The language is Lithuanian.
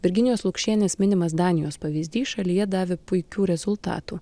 virginijos lukšienės minimas danijos pavyzdys šalyje davė puikių rezultatų